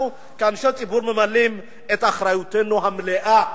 כאנשי ציבור ממלאים את אחריותנו המלאה,